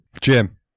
Jim